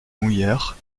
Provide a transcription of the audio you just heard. mouillères